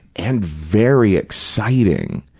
and very exciting.